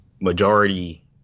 majority